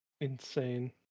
insane